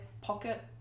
pocket